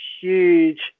huge